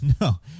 No